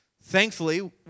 Thankfully